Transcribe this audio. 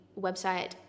website